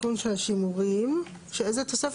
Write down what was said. התיקון של השימורים, איזה תוספת זאת?